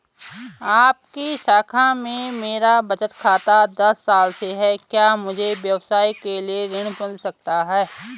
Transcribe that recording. आपकी शाखा में मेरा बचत खाता दस साल से है क्या मुझे व्यवसाय के लिए ऋण मिल सकता है?